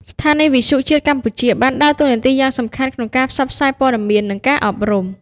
ស្ថានីយវិទ្យុជាតិកម្ពុជាបានដើរតួនាទីយ៉ាងសំខាន់ក្នុងការផ្សព្វផ្សាយព័ត៌មាន និងការអប់រំ។